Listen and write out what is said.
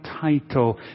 title